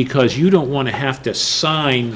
because you don't want to have to sign